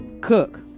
Cook